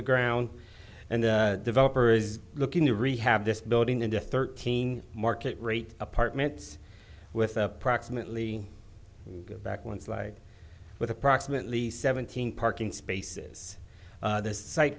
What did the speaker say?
the ground and the developer is looking to rehab this building into thirteen market rate apartments with approximately back once like with approximately seventeen parking spaces the site